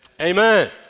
Amen